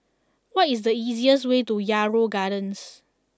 what is the easiest way to Yarrow Gardens